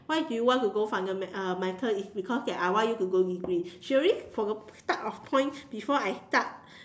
why do you want to go fundamental uh is because that I want you to go degree she already from the start of point before I start